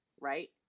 right